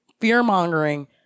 fear-mongering